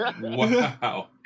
Wow